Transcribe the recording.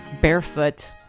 barefoot